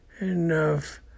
enough